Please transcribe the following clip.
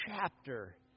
chapter